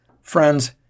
Friends